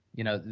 you know,